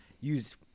Use